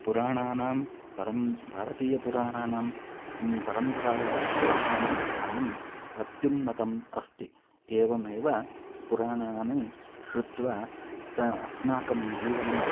पुराणानां परं भारतीयपुराणानां परम्परायां पुराणानां स्थानम् अत्युन्नतम् अस्ति एवमेव पुराणानि श्रुत्वा तानि अस्माकं जीवनं